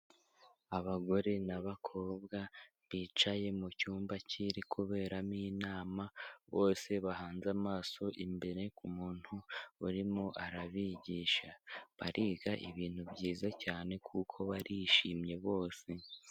Abagore n'abakobwa bicaye mu cyumba kiri kuberamo inama, bose bahanze amaso imbere ku muntu urimo arabigisha. Bariga ibintu byiza cyane kuko barishimye bose.